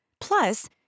Plus